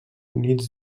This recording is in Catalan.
units